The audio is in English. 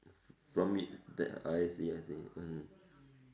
from it that I see I see mm